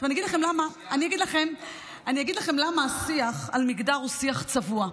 אני אגיד לכם למה השיח על מגדר הוא שיח צבוע,